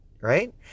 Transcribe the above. right